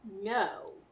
no